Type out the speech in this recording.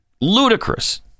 Ludicrous